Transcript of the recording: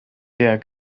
der